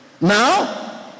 now